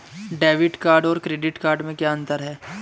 Debit card और credit card में क्या अंतर है?